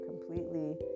completely